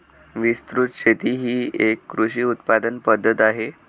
विस्तृत शेती ही एक कृषी उत्पादन पद्धत आहे